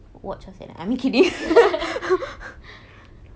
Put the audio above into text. watch yourself